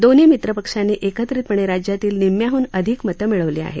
दोन्ही मित्रपक्षांनी एकत्रितपणे राज्यातील निम्म्याहन अधिक मते मिळवली आहे